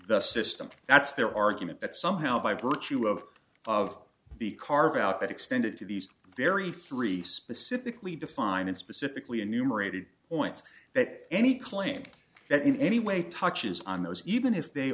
the system that's their argument that somehow by virtue of of be carved out extended to these very three specifically defined and specifically enumerated points that any claim that in any way touches on those even if they